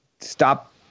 stop